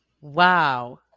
Wow